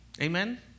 Amen